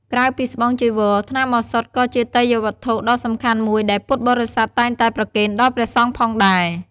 ក្រៅពីស្បង់ ចីវរ ថ្នាំឱសថ ក៏ជាទេយ្យវត្ថុដ៏សំខាន់មួយដែលពុទ្ធបរិស័ទតែងតែប្រគេនដល់ព្រះសង្ឃផងដែរ។